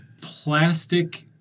plastic